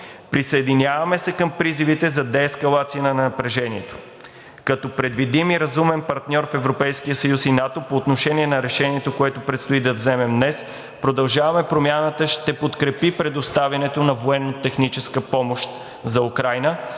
присъединяваме се към призивите за деескалация на напрежението. Като предвидим и разумен партньор в Европейския съюз и НАТО по отношение на решението, което предстои да вземем днес, „Продължаваме Промяната“ ще подкрепи предоставянето на военнотехническа помощ за Украйна